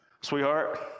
Sweetheart